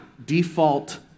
default